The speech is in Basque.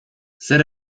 zer